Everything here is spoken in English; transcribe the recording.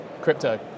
Crypto